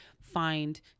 find